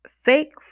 fake